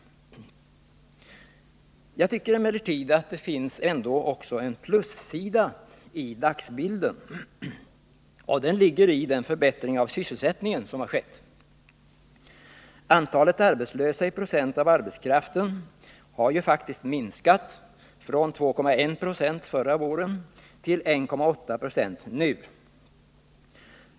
Jag tycker emellertid att det också finns en plussida i dagsbilden. Jag avser då den förbättring av sysselsättningen som har skett. Antalet arbetslösa i procent av arbetskraften har faktiskt minskat från 2,1 26 förra våren till 1,8 20 nu.